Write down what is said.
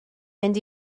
mynd